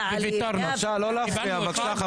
בבקשה לא להפריע.